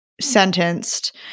sentenced